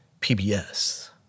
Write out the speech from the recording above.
PBS